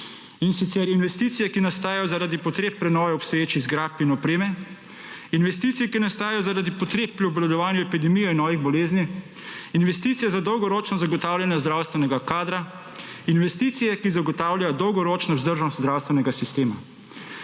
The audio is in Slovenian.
in sicer investicije, ki nastajajo zaradi potreb prenove obstoječih zgradb in opreme, investicije, ki nastajajo zaradi potreb pri obvladovanju epidemije novih bolezni, investicije za dolgoročno zagotavljanje zdravstvenega kadra, investicije, ki zagotavljajo dolgoročno vzdržnost zdravstvenega sistema.